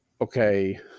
okay